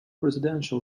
residential